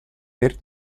per